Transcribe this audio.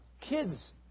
kids